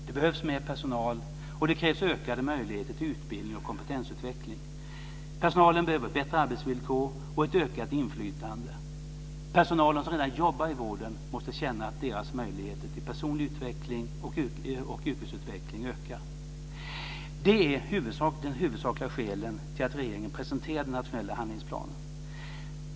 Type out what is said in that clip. Det behövs mer personal, och det krävs ökade möjligheter till utbildning och kompetensutveckling. Personalen behöver bättre arbetsvillkor och ett ökat inflytande. Personalen som redan jobbar i vården måste känna att deras möjligheter till personlig utveckling och yrkesutveckling ökar. Det är de huvudsakliga skälen till att regeringen presenterar den nationella handlingsplanen.